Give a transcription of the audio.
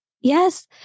Yes